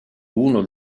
uno